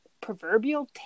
proverbial